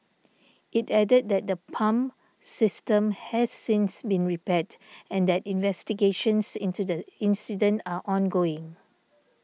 it added that the pump system has since been repaired and that investigations into the incident are ongoing